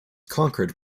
conquered